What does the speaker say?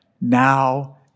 now